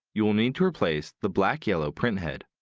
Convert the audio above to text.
you will need to replace the black yellow printhead.